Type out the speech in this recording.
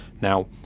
Now